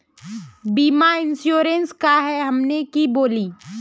बीमा इंश्योरेंस का है हमनी के बोली?